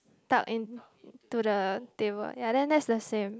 stuck into the table ya then that's the same